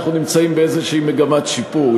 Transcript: אנחנו נמצאים באיזו מגמת שיפור.